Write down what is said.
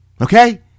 Okay